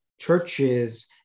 churches